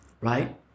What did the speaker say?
Right